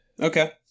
Okay